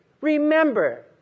Remember